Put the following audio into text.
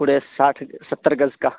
پورے ساٹھ ستر گز کا